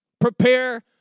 Prepare